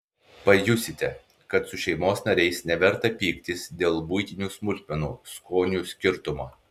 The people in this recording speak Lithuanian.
pajusite kad su šeimos nariais neverta pyktis dėl buitinių smulkmenų skonių skirtumo